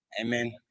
Amen